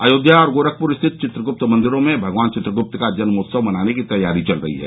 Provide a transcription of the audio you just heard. अयोध्या और गोरखपुर स्थित चित्रगुप्त मंदिरों में भगवान चित्रगुप्त का जन्मोत्सव मनाने की तैयारी चल रही है